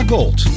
Gold